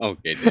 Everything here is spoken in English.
Okay